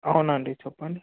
అవునండి చెప్పండి